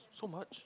so much